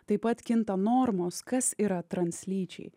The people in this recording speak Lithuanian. taip pat kinta normos kas yra translyčiai